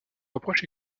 reproche